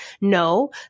No